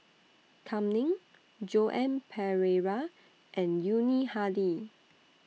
Kam Ning Joan Pereira and Yuni Hadi